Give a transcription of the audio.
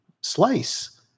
Slice